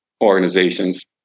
organizations